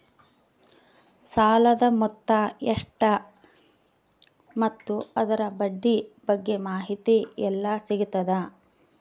ಸಾಲದ ಮೊತ್ತ ಎಷ್ಟ ಮತ್ತು ಅದರ ಬಡ್ಡಿ ಬಗ್ಗೆ ಮಾಹಿತಿ ಎಲ್ಲ ಸಿಗತದ?